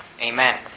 Amen